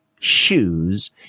shoes